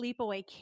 sleepaway